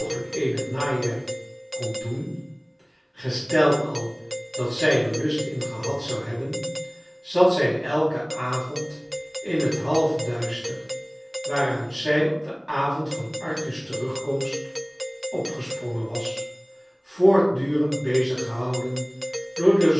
onmogelijk eenig naaiwerk kon doen gesteld al dat zij er lust in gehad zou hebben zat zij elken avond in het halfduister waaruit zij cp den avond van arthur's terugkomst opgesprongen was voortdurend beziggehouden door de